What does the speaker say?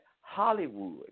Hollywood